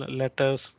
letters